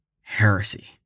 heresy